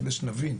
כדי שנבין.